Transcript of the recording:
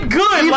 good